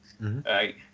Right